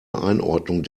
einordnung